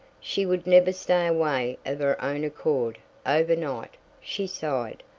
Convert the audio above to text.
she would never stay away of her own accord over night, she sighed,